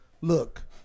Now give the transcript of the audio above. look